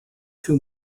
too